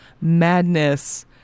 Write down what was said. Madness